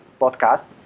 podcast